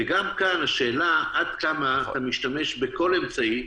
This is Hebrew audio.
גם כאן השאלה היא עד כמה אתה משתמש בכל אמצעי,